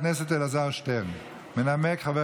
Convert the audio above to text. (תיקון, הרחבת